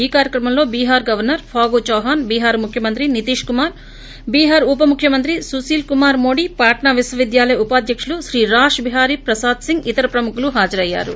ఈ కార్యక్రమంలో బీహార్ గవర్చర్ ఫాగు చౌహాన్ బీహార్ ముఖ్యమంత్రి నితీష్ కుమార్ బీహార్ ఉప ముఖ్యమంత్రి సుశిల్ కుమార్ మోడీ పాట్పా విశ్వవిద్యాలయ ఉపాధ్యకులు శ్రీ రాష్ బిహారీ ప్రసాద్ సింగ్ ఇతర ప్రముఖులు హాజరయ్యారు